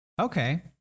Okay